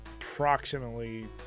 approximately